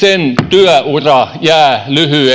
työura jää lyhyeksi ja hän on yleensä